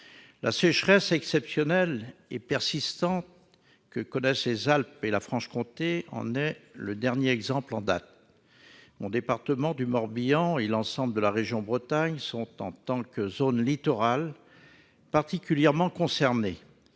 La sécheresse exceptionnelle et persistante que connaissent les Alpes et la Franche-Comté en est le dernier exemple en date. Mon département, le Morbihan, et l'ensemble de la région Bretagne sont, en tant que zone littorale, particulièrement concernés.